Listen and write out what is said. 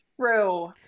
True